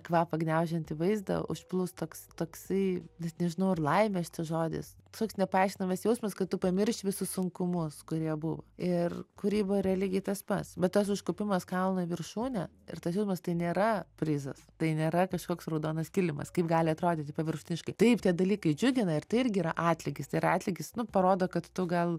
kvapą gniaužiantį vaizdą užplūs toks toksai net nežinau ar laimės čia žodis toks nepaaiškinamas jausmas kad tu pamirši visus sunkumus kurie buvo ir kūryba yra lygiai tas pats bet tas užkopimas kalnu į viršūnę ir tas filmas tai nėra prizas tai nėra kažkoks raudonas kilimas kaip gali atrodyti paviršutiniškai taip tie dalykai džiugina ir tai irgi yra atlygis tai yra atlygis nu parodo kad tu gal